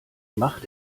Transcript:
macht